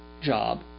job